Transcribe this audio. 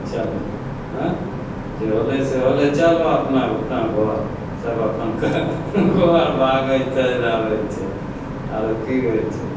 चलऽ अँए जे होलै से होलै चलऽ अपना अपना घर सभ अपनके घर भागल चलि आबै छै आओर कि होइ छै